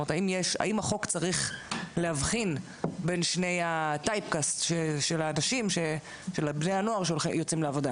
האם החוק צריך להבחין בין שני טיפוסים של בני נוער שיוצאים לעבודה?